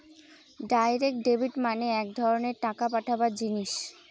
direct debit মানে এক ধরনের টাকা পাঠাবার জিনিস